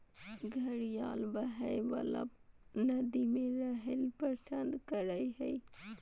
घड़ियाल बहइ वला नदि में रहैल पसंद करय हइ